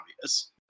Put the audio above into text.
obvious